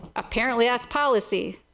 apparently that's policy.